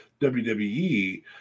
WWE